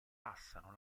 passano